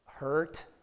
hurt